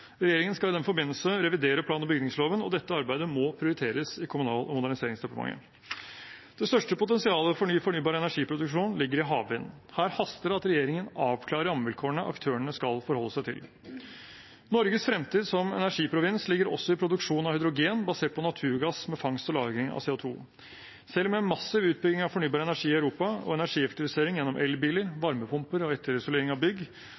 Regjeringen skal i den forbindelse revidere plan- og bygningsloven, og dette arbeidet må prioriteres i Kommunal- og moderniseringsdepartementet. Det største potensialet for ny fornybar energiproduksjon ligger i havvind. Her haster det at regjeringen avklarer rammevilkårene aktørene skal forholde seg til. Norges fremtid som energiprovins ligger også i produksjon av hydrogen basert på naturgass, med fangst og lagring av CO 2 . Selv med en massiv utbygging av fornybar energi i Europa og energieffektivisering gjennom elbiler, varmepumper og etterisolering av bygg